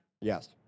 yes